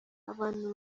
abantu